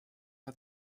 for